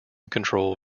control